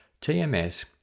TMS